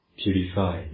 purify